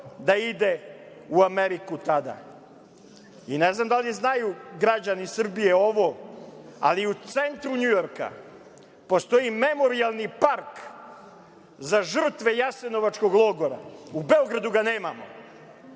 da ide u Ameriku tada. Ne znam da li znaju građani Srbije ovo, ali u centru Njujorka postoji Memorijalni park za žrtve Jasenovačkog logora. U Beogradu ga nemamo,